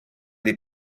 des